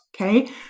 okay